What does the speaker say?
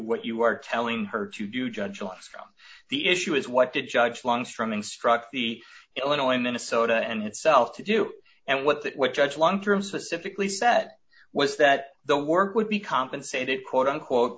what you are telling her to do judge on the issue is what the judge long strumming struck the illinois minnesota and itself to do and what that what judge long term specifically set was that the work would be compensated quote unquote